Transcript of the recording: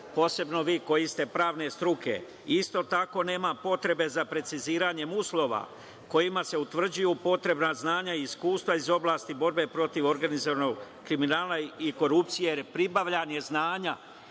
posebno vi koji ste pravne struke, isto tako nema potrebe za preciziranjem uslova kojima se utvrđuju potrebna znanja i iskustva iz oblasti borbe protiv organizovanog kriminala i korupcije, jer pribavljanje znanja